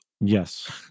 Yes